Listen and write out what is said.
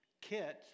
Kit